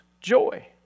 joy